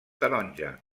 taronja